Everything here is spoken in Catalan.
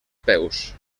peus